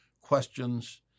questions